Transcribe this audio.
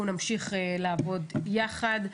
אנחנו נמשיך לעבוד יחד.